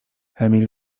emil